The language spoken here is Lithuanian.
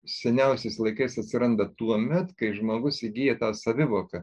seniausiais laikais atsiranda tuomet kai žmogus įgyja tą savivoką